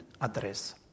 address